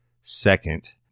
second